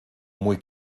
muy